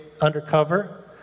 undercover